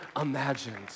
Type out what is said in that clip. imagined